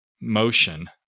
motion